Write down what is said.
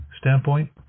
standpoint